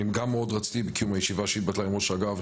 אני גם מאוד רציתי בקיום הישיבה שהתבטלה עם ראש האגף,